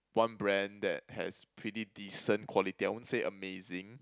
one brand that has pretty decent quality I won't say amazing